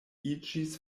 iĝis